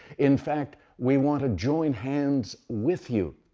in fact, we wanna join hands with you,